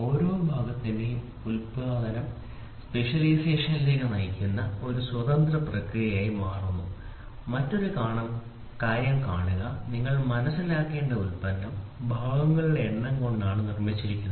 ഓരോ ഭാഗത്തിന്റെയും ഉത്പാദനം സ്പെഷ്യലൈസേഷനിലേക്ക് നയിക്കുന്ന ഒരു സ്വതന്ത്ര പ്രക്രിയയായി മാറുന്നു മറ്റൊരു കാര്യം കാണുക നിങ്ങൾ മനസിലാക്കേണ്ട ഉൽപ്പന്നം ഭാഗങ്ങളുടെ എണ്ണം കൊണ്ടാണ് നിർമ്മിച്ചിരിക്കുന്നത്